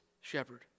shepherd